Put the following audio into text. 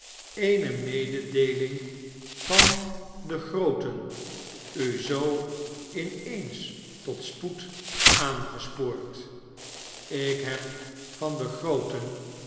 eene mededeeling van den grooten u zoo in eens tot spoed aangespoord ik heb van den grooten